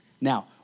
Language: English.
Now